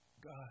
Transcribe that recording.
God